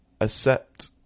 accept